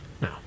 no